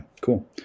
cool